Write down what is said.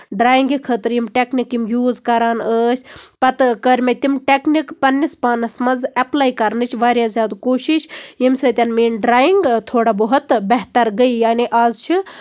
ڈرینگہِ خٲطرٕ یِم ٹیکنیٖک یِم یوٗز کران ٲسۍ پَتہٕ کٔر مےٚ تِم ٹیکیٖک پَنٕنِس پانَس منٛز ایپلَے کرنٕچ واریاہ زیادٕ کوٗشِش ییٚمہِ سۭتۍ میٲنۍ ڈریِنگ تھوڑا بہت بہتر گٔے یعنی آز چھِ